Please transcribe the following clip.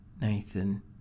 Nathan